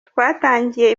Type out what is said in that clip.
twatangiye